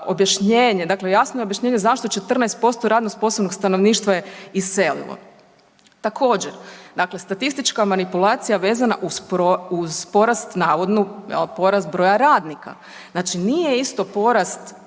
objašnjenje, dakle jasno je objašnjenje zašto 14% radno sposobnog stanovništva je iselilo. Također, statistička manipulacija vezana uz porast navodnu porast broja radnika. Znači nije isto porast